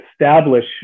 establish